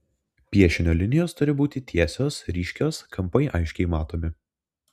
piešinio linijos turi būti tiesios ryškios kampai aiškiai matomi